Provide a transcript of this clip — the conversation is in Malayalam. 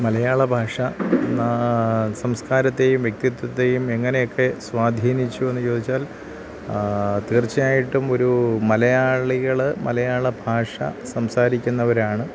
മലയാള ഭാഷ സംസ്കാരത്തെയും വ്യക്തിത്വത്തെയും എങ്ങനെയൊക്കെ സ്വാധീനിച്ചു എന്നു ചോദിച്ചാൽ തീർച്ചയായിട്ടും ഒരു മലയാളികൾ മലയാള ഭാഷ സംസാരിക്കുന്നവരാണ്